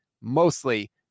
mostly